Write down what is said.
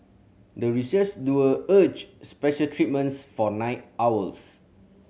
the research duo urged special treatments for night owls